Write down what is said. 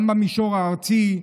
גם במישור הארצי.